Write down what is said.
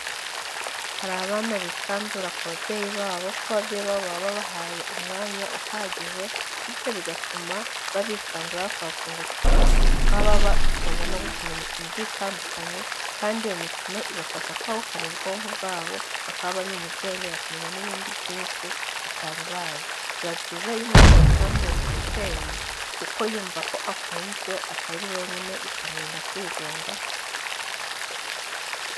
Hari abana bisanzura ku babyeyi babo, ko ababyeyi baba babahaye umwanya uhagije bityo bigatuma babisanzuraho, bakabafungukira, bakaba babatoza no gukina imikino igiye itandukanye, kandi iyo mikino ibafasha kwaguka mu bwonko bwabo, bakaba bamenya ubwenge bakamenya n'ibindi byinshi, batari bazi, biba byiza iyo umwana yisanzuye ku mubyeyi, kuko yumva ko akunzwe, atari wenyine, bikamurinda kwigunga.